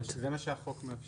זה מה שהחוק מאפשר.